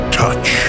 touch